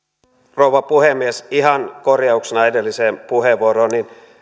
rouva puhemies ihan korjauksena edelliseen puheenvuoroon